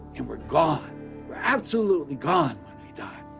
and we're gone. we're absolutely gone when we die.